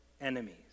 enemies